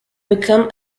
become